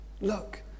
look